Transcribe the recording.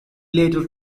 later